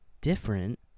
different